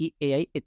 AI